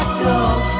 dog